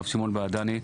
הרב שמעון בעדני,